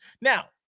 Now